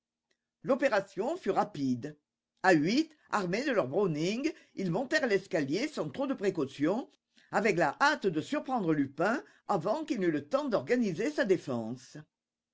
l'opération fut rapide à huit armés de leurs brownings ils montèrent l'escalier sans trop de précautions avec la hâte de surprendre lupin avant qu'il n'eût le temps d'organiser sa défense